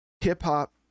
Hip-hop